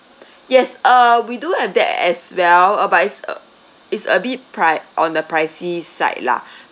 yes uh we do have that as well uh but it's a it's a bit pri~ on the pricey side lah